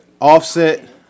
Offset